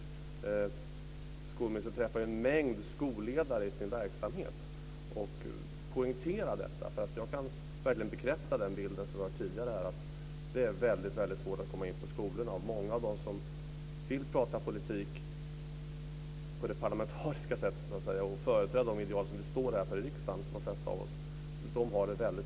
Skolministern träffar en mängd skolledare i sin verksamhet och kan poängtera detta. Jag kan verkligen bekräfta den bild vi har hört om tidigare, nämligen att det är svårt att komma in på skolorna. Många av dem som vill prata politik på det parlamentariska sättet och företräda de ideal vi står för i riksdagen - de flesta av oss - har det svårt.